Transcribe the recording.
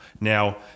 Now